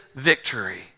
Victory